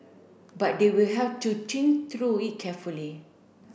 but they will have to think through it carefully